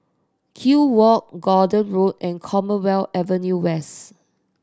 Kew Walk Gordon Road and Commonwealth Avenue West